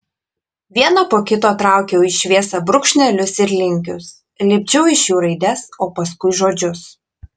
vieną po kito traukiau į šviesą brūkšnelius ir linkius lipdžiau iš jų raides o paskui žodžius